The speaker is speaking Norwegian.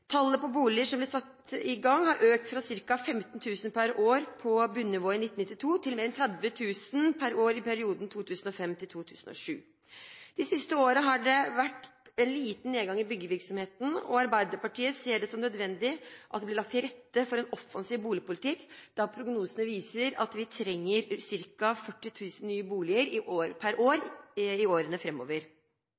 Tallet på boliger som blir satt i gang, har økt fra ca. 15 000 per år på bunnivået i 1992 til mer enn 30 000 per år i perioden 2005–2007. De siste årene har det vært en liten nedgang i byggevirksomheten. Arbeiderpartiet ser det som nødvendig at det blir lagt til rette for en offensiv boligpolitikk, da prognosene viser at vi trenger ca. 40 000 nye boliger per år